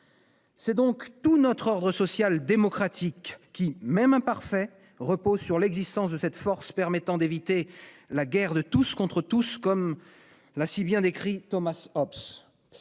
c'est donc tout notre ordre social démocratique qui repose sur l'existence de cette force permettant d'éviter la « guerre de tous contre tous », comme l'a si bien décrit Thomas Hobbes.